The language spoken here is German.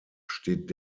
steht